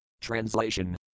Translation